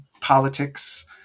politics